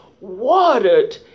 watered